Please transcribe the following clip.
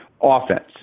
offense